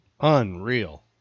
Unreal